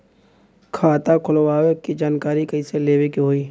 खाता खोलवावे के जानकारी कैसे लेवे के होई?